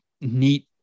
neat